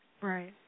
Right